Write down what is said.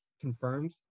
confirmed